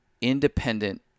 Independent